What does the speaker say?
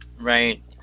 Right